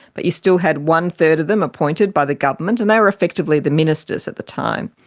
but you still had one-third of them appointed by the government and they were effectively the ministers at the time.